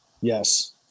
Yes